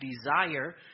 desire